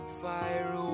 Fire